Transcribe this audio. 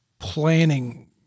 planning